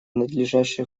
надлежащее